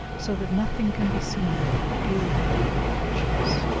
so that nothing can be seen but gilding and pictures.